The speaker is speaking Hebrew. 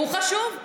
הוא חשוב.